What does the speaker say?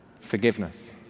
Forgiveness